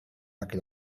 laki